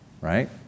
right